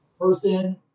person